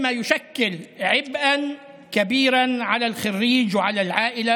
הם משלמים אלפי שקלים מייד עם סיום הלימודים באוניברסיטה או במכללה,